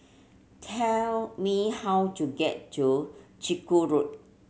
tell me how to get to Chiku Road